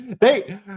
Hey